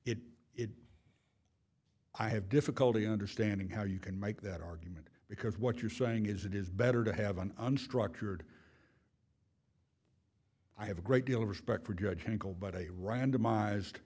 it it i have difficulty understanding how you can make that argument because what you're saying is it is better to have an unstructured i have a great deal of respect for judge hankel but a randomized